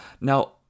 Now